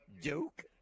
Duke